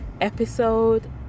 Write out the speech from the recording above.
episode